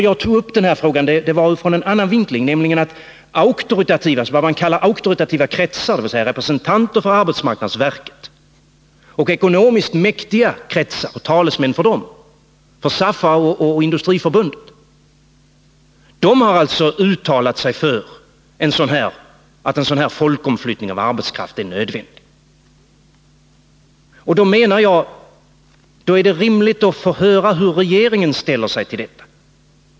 Jag tog upp den här frågan med en annan vinkling, nämligen att vad man kallar auktoritativa kretsar, dvs. representanter för arbetsmarknadsverket och talesmän för ekonomiskt mäktiga kretsar — för SAF och Industriförbundet —, har uttalat sig för att en sådan folkomflyttning av arbetskraft är nödvändig. Då anser jag att det är rimligt att få höra hur regeringen ställer sig till detta.